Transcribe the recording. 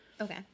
Okay